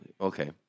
Okay